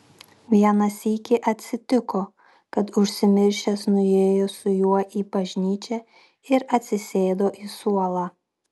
vieną sykį atsitiko kad užsimiršęs nuėjo su juo į bažnyčią ir atsisėdo į suolą